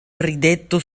rideto